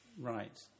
right